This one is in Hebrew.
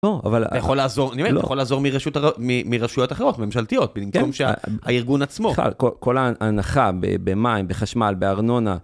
אבל אתה יכול לעזור, אני אומר, אתה יכול לעזור מרשויות אחרות, ממשלתיות, במקום שהארגון עצמו. כל ההנחה במים, בחשמל, בארנונה.